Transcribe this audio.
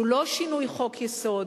שהוא לא שינוי חוק-יסוד,